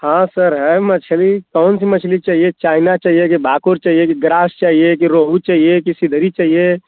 हाँ सर है मछली कौन सी मछली चाहिए चाइना चाहिये कि भाकोस चाहिये कि ग्रास चाहिये कि रोहू चाहिये कि सिधरी चाहिये